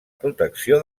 protecció